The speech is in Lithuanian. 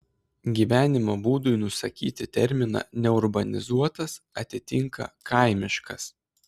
gyvenimo būdui nusakyti terminą neurbanizuotas atitinka kaimiškas